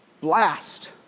blast